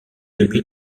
demi